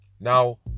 Now